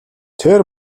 тэр